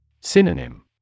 Synonym